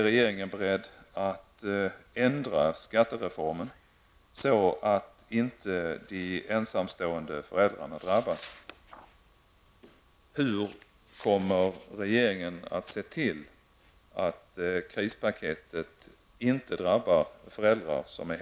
Är regeringen beredd att ändra skattereformen så att inte de ensamstående föräldrarna drabbas?